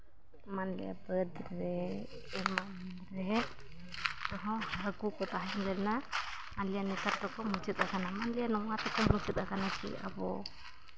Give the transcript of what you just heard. ᱢᱟᱱᱮ ᱵᱟᱹᱫᱽ ᱨᱮ ᱮᱢᱟᱱ ᱨᱮᱦᱚᱸ ᱠᱟᱹᱠᱩ ᱠᱚ ᱛᱟᱦᱮᱸ ᱞᱮᱱᱟ ᱟᱨ ᱢᱟᱱᱞᱤᱭᱟ ᱱᱮᱛᱟᱨ ᱫᱚᱠᱚ ᱢᱩᱪᱟᱹᱫ ᱟᱠᱟᱱᱟ ᱢᱟᱱᱞᱤᱭᱟ ᱱᱚᱣᱟ ᱛᱮᱠᱚ ᱢᱩᱪᱟᱹᱫ ᱟᱠᱟᱱᱟ ᱠᱤ ᱟᱵᱚ